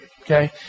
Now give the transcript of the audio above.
Okay